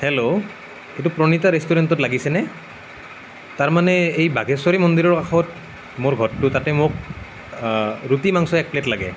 hello এইটো প্ৰণীতা ৰেষ্টুৰেণ্টত লাগিছেনে তাৰমানে এই বাঘেশ্বৰী মন্দিৰৰ কাষত মোৰ ঘৰটো তাতে মোক ৰুটি মাংস এক প্লেট লাগে